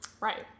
Right